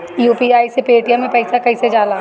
UPI से Paytm मे पैसा कइसे जाला?